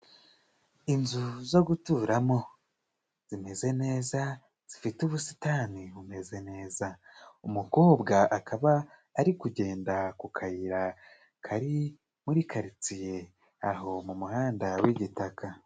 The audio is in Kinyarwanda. Inzu zo guturamo zimeze neza zifite ubusitani bumeze neza, umukobwa akaba ari kugenda ku kayira kari muri karitsiye aho mu muhanda w'igitaka.